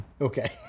okay